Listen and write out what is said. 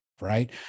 Right